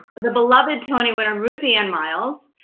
the beloved tony-winner ruthie ann miles,